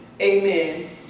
amen